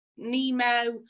Nemo